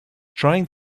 trying